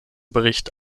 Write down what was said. bericht